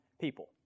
people